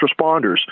responders